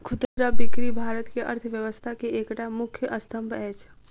खुदरा बिक्री भारत के अर्थव्यवस्था के एकटा मुख्य स्तंभ अछि